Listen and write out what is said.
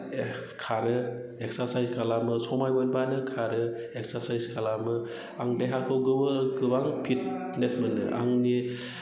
खारो एक्सारसाइस खालामो सम मोनबानो खारो एक्सारसाइस खालामो आं देहाखौ गोबां फिटनेस मोनो आंनि